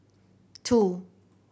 two